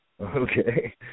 Okay